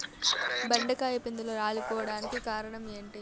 బెండకాయ పిందెలు రాలిపోవడానికి కారణం ఏంటి?